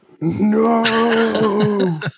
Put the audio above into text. No